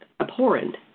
Abhorrent